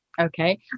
Okay